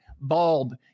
Bald